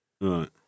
Right